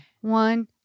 One